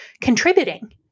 contributing